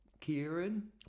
Kieran